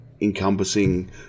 encompassing